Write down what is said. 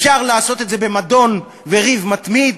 אפשר לעשות את זה במדון וריב מתמיד,